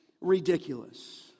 ridiculous